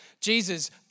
Jesus